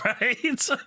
Right